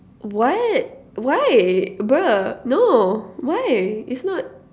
what why bruh no why it's not